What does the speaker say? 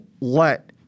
let